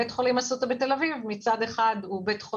בית חולים אסותא בתל אביב הוא מצד אחד פרטי,